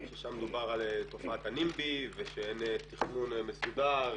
ששם דובר על תופעת הנימבי ושאין תכנון מסודר,